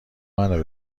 منو